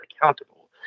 accountable